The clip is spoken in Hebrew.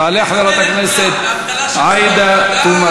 תעלה חברת הכנסת עאידה תומא